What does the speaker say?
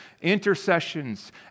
intercessions